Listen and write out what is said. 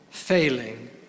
Failing